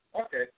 Okay